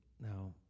now